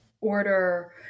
order